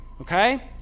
okay